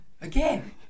again